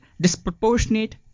disproportionate